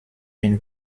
been